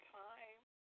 time